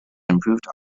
improved